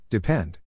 Depend